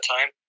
time